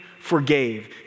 forgave